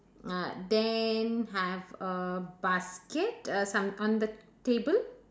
uh then have a basket uh some on the table